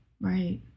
right